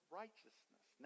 righteousness